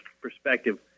perspective